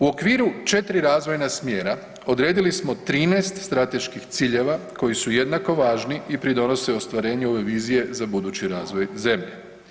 U okviru 4 razvoja smjera, odredili smo 13 strateških ciljeva koji su jednako važno i pridonose ostvarenju ove vizije za budući razvoj zemlje.